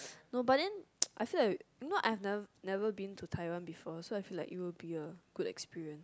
no but then I feel like you know I've nev~ never been to taiwan before so I feel like it will be a good experience